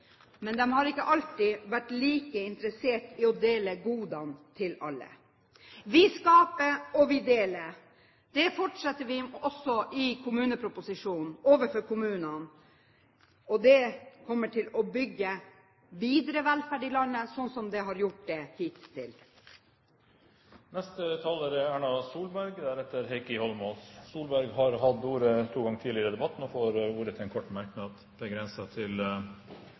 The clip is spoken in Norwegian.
men de har ikke alltid vært like interessert i å dele godene til alle. Vi skaper, og vi deler. Det fortsetter vi også med overfor kommunene i kommuneproposisjonen. Det kommer til å bygge videre velferd i landet, sånn som det hittil har gjort. Erna Solberg har hatt ordet to ganger tidligere og får ordet til en kort merknad, begrenset til